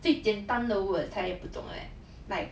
最简单的 words 他也不懂 leh like